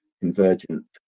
convergence